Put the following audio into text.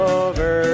over